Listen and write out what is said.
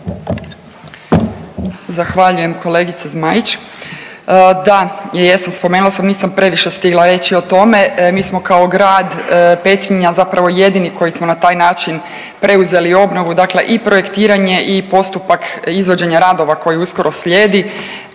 Zahvaljujem kolegice Zmaić. Da, jesam spomenula sam, nisam previše stigla reći o tome. Mi smo kao grad Petrinja zapravo jedini koji smo na taj način preuzeli obnovu, dakle i projektiranje i postupak izvođenja radova koji uskoro slijedi